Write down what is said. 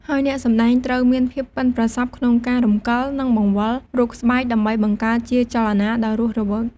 ហើយអ្នកសម្ដែងត្រូវមានភាពប៉ិនប្រសប់ក្នុងការរំកិល និងបង្វិលរូបស្បែក ដើម្បីបង្កើតជាចលនាដ៏រស់រវើក។